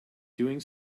doing